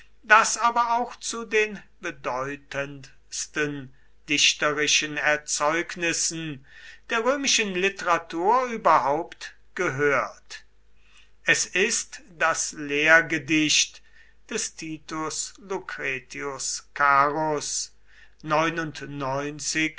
das aber auch zu den bedeutendsten dichterischen erzeugnissen der römischen literatur überhaupt gehört es ist das lehrgedicht des titus lucretius carus